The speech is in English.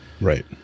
right